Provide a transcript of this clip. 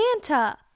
Santa